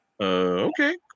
Okay